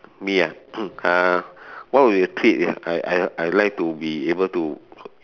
me ah uh what would be the treat I I I like to be able to